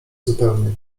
zupełnie